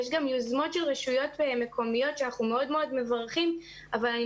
יש גם יוזמות של רשויות מקומיות שאנחנו מאוד מאוד מברכים אבל אני